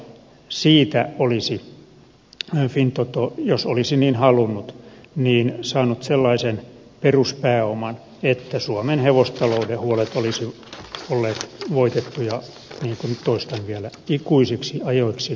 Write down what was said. siitä olisi fintoto jos olisi niin halunnut saanut sellaisen peruspääoman että suomen hevostalouden huolet olisivat olleet voitettuja niin kuin toistan vielä ikuisiksi ajoiksi